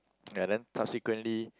ya then subsequently